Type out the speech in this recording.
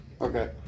Okay